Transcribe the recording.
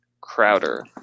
Crowder